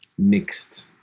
Mixed